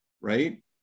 right